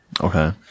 Okay